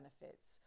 benefits